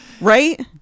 Right